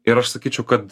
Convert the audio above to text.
ir aš sakyčiau kad